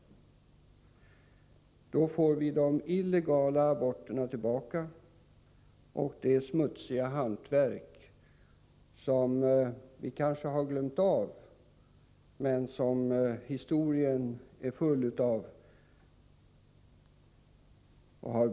Då skulle vi få tillbaka de illegala aborterna och det smutsiga hantverk som vi kanske har glömt bort men som historien har många exempel på.